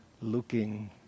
looking